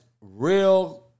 real